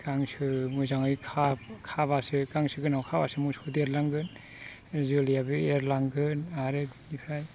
गांसो मोजाङै खाब्लासो गांसो गोनाङाव खाब्लासो मोसौआ देरलांगोन जोलैयाबो एरलांगोन आरो बिनिफ्राय